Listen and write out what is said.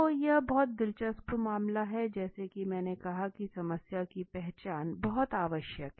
तो यह बहुत दिलचस्प मामला है जैसा की मैंने कहा की समस्या की पहचान बहुत आवश्यक है